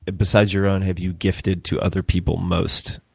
ah besides your own, have you gifted to other people most?